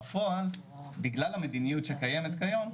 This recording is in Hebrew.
בפועל בגלל המדיניות שקיימת כיום,